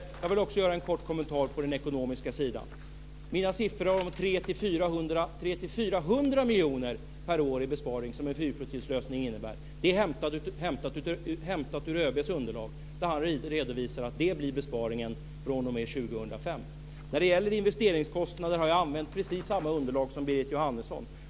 Jag vill också göra en kort kommentar på den ekonomiska sidan. Mina siffror om 300-400 miljoner per år i besparing som en flygflottiljslösning innebär är hämtade ur ÖB:s underlag där han redovisar att detta blir besparingen fr.o.m. år 2005. När det gäller investeringskostnader har jag använt precis samma underlag som Berit Jóhannesson.